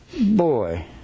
Boy